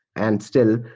and still,